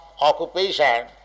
occupation